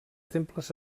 temples